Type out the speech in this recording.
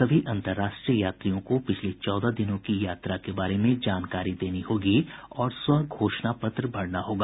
सभी अंतर्राष्ट्रीय यात्रियों को पिछले चौदह दिनों की यात्रा के बारे में जानकारी देनी होगी और स्वघोषणा पत्र भरना होगा